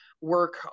work